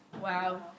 Wow